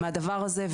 מהדבר הזה,